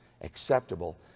acceptable